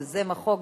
יוזם החוק,